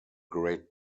great